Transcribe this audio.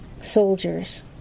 soldiers